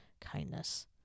kindness